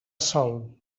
sol